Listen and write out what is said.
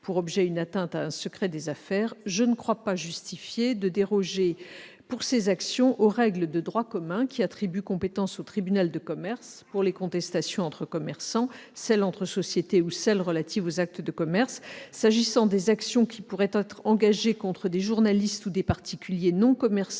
pour objet une atteinte au secret des affaires. Je ne crois pas justifié de déroger, pour ces actions, aux règles de droit commun, qui attribuent compétence au tribunal de commerce pour les contestations entre commerçants, entre sociétés ou relatives aux actes de commerce. S'agissant des actions qui pourraient être engagées contre des journalistes ou des particuliers non commerçants